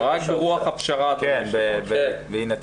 מי נמנע?